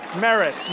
merit